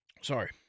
Sorry